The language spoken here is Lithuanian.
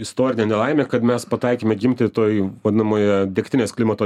istorinė nelaimė kad mes pataikėme gimti toj vadinamoje degtinės klimato